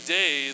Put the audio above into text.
day